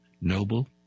noble